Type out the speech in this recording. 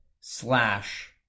slash